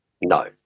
No